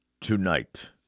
tonight